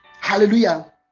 Hallelujah